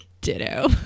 Ditto